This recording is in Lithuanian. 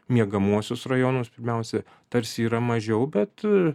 miegamuosius rajonus pirmiausia tarsi yra mažiau bet